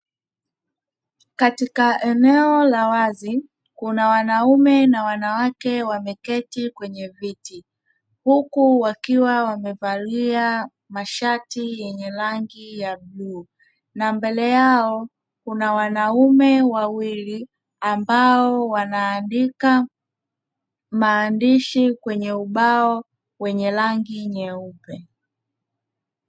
Katika eneo la wazi kuna wanaume na wanawake wameketi kwenye viti huku wakiwa wamevalia mashati yenye rangi ya bluu. Na mbele yao kuna wanaume wawili ambao wanaandika maandishi kwenye ubao wenye rangi nyeupe.